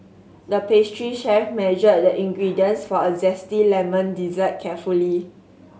the pastry chef measured the ingredients for a zesty lemon dessert carefully